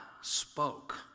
spoke